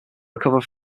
recover